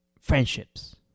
friendships